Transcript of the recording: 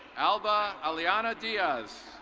alba eliana diaz.